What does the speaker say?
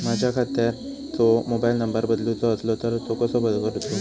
माझ्या खात्याचो mobile number बदलुचो असलो तर तो कसो करूचो?